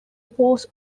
pose